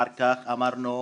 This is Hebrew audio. אחר כך אמרנו,